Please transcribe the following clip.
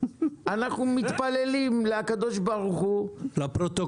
אנחנו מציעים גם למחוק בסעיף קטן (א) את פסקה